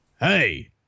Hey